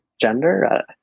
gender